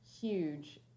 huge